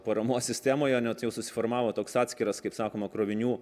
paramos sistemoje net jau susiformavo toks atskiras kaip sakoma krovinių